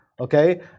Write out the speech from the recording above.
okay